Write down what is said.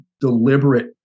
deliberate